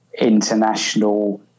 international